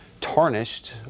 Tarnished